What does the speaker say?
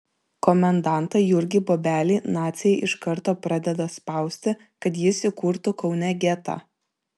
komendantą jurgį bobelį naciai iš karto pradeda spausti kad jis įkurtų kaune getą